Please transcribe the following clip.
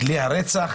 כלי רצח,